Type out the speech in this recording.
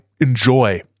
enjoy